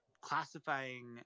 classifying